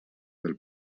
del